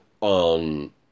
on